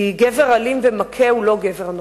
כי גבר אלים ומכה הוא לא גבר נורמטיבי.